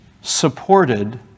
supported